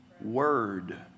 word